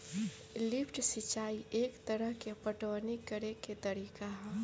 lift सिंचाई एक तरह के पटवनी करेके तरीका ह